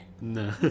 No